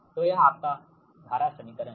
तो यह आपका धारा समीकरण है